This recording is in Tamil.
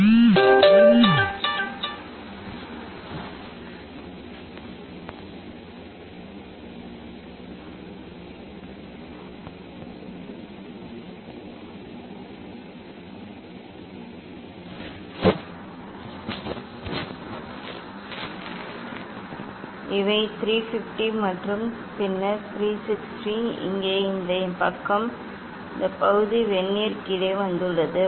1 2 3 வரை இவை 350 மற்றும் பின்னர் 360 இங்கே இந்த பக்கம் இந்த பகுதி வெர்னியர் கீழே வந்துள்ளது